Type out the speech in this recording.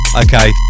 Okay